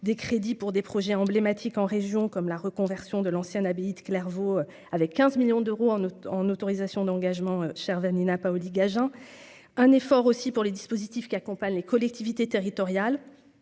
des crédits pour des projets emblématiques en région comme la reconversion de l'ancienne abbaye de Clairvaux, avec 15 millions d'euros en en autorisations d'engagement Vanina Paoli-Gagin un effort aussi pour les dispositifs qui accompagne les collectivités territoriales,